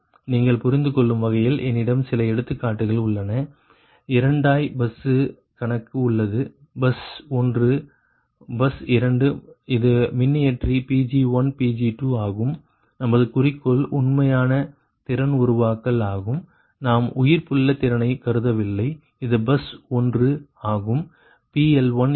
நீங்கள் புரிந்துகொள்ளும் வகையில் என்னிடம் சில எடுத்துக்காட்டுகள் உள்ளன இரண்டாய் பஸ் கணக்கு உள்ளது பஸ் ஒன்று பஸ் இரண்டு இது மின்னியற்றி Pg1 Pg2 ஆகும் நமது குறிக்கோள் உண்மையான திறன் உருவாக்கல் ஆகும் நாம் உயிர்ப்புள்ள திறனை கருதவில்லை இது பஸ் ஒன்று ஆகும்